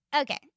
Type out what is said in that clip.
Okay